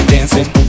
Dancing